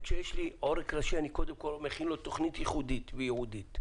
כשיש לי עורק ראשי אני קודם כל מכין לו תכנית ייחודית וייעודית.